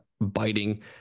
biting